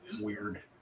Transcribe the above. Weird